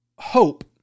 hope